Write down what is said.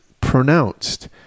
pronounced